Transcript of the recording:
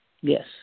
Yes